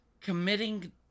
committing